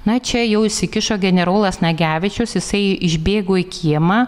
na čia jau įsikišo generolas nagevičius jisai išbėgo į kiemą